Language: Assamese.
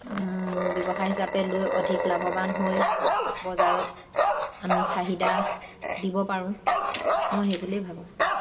ব্যৱসায় হিচাপে লৈ অধিক লাভৱান হৈ বজাৰত আমি চাহিদা দিব পাৰোঁ মই সেইবুলিয়েই ভাবোঁ